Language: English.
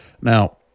Now